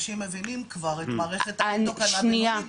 אנשים מבינים כבר את מערכת ה- - שלנו,